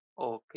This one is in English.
Okay